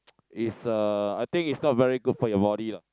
is a I think is not very good for your body lah